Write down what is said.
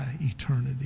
eternity